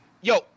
yo